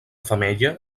femella